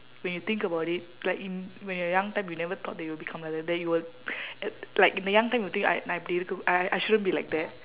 when you think about it like in when you are young time you never thought that you will become like that that you will like in the young time you think I நான் நான் இப்படி இருக்க:naan naan ippadi irukka I I shouldn't be like that